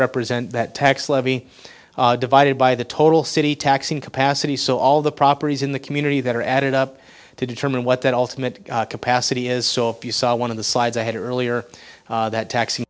represent that tax levy divided by the total city taxing capacity so all the properties in the community that are added up to determine what that ultimate capacity is so if you saw one of the slides i had earlier that taxi